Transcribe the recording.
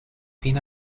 fin